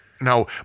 Now